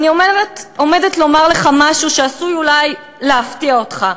אני עומדת לומר לך משהו שעשוי אולי להפתיע אותך,